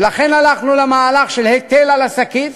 ולכן הלכנו למהלך של היטל על השקית,